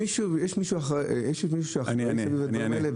האם יש מישהו שאחראי לדברים האלה?